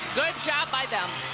good job by them.